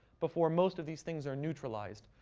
before most of these things are neutralized.